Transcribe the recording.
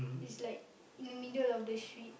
it's like in the middle of the street